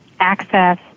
access